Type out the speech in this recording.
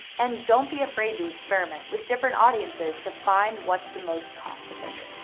and don't be afraid to experiment with different audiences to find what's the most cost efficient.